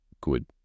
good